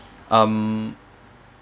um